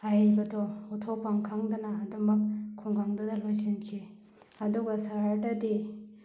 ꯑꯍꯩꯕꯗꯣ ꯎꯠꯊꯣꯛꯐꯝ ꯈꯪꯗꯅ ꯑꯗꯨꯃꯛ ꯈꯨꯡꯒꯪꯗꯨꯗ ꯂꯣꯏꯁꯤꯟꯈꯤ ꯑꯗꯨꯒ ꯁꯍꯔꯗꯗꯤ